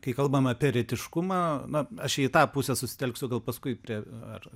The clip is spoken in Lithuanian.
kai kalbam apie eretiškumą na aš čia į tą pusę susitelksiu gal paskui prie ar